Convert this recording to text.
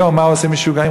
היום מה עושים משוגעים?